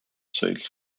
sales